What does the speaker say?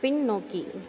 பின்னோக்கி